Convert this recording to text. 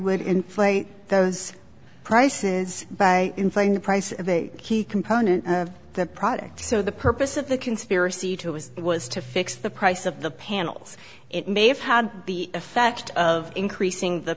would inflate those prices by inflating the price of a key component of the product so the purpose of the conspiracy two was it was to fix the price of the panels it may have had the effect of increasing the